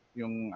yung